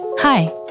Hi